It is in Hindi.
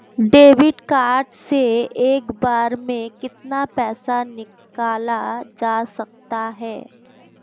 डेबिट कार्ड से एक बार में कितना पैसा निकाला जा सकता है?